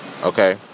okay